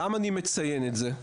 למה אני מציין את זה?